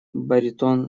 баритон